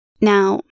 Now